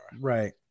Right